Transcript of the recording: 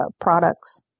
products